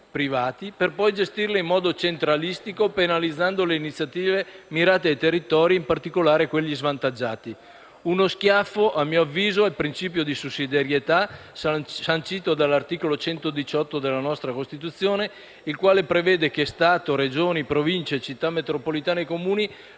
privati, per poi gestirle in modo centralistico penalizzando le iniziative mirate ai territori, e in particolare a quelli svantaggiati. Si tratta di uno schiaffo, a mio avviso al principio di sussidiarietà sancito dall'articolo 118 della nostra Costituzione, il quale prevede che «Stato, Regioni, Città metropolitane, Province